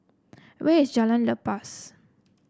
where is Jalan Lepas